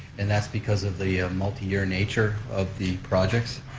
and that's because of the multi-year nature of the projects.